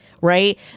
right